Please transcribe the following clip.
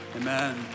amen